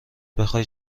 بخوای